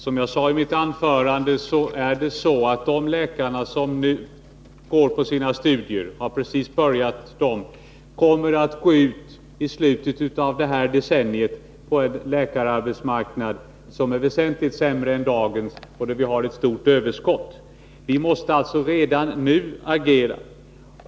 Som jag sade kommer de som just har börjat sin läkarutbildning att gå ut i slutet av detta decennium på en läkararbetsmarknad som är väsentligt sämre än dagens och då vi har ett stort överskott. Vi måste alltså redan nu agera.